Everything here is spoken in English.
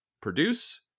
produce